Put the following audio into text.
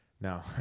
No